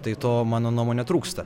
tai to mano nuomone trūksta